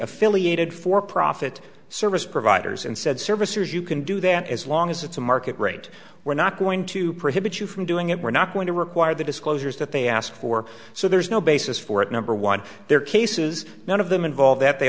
affiliated for profit service providers and said servicers you can do that as long as it's a market rate we're not going to prohibit you from doing it we're not going to require the disclosures that they asked for so there's no basis for it number one there are cases none of them involve that they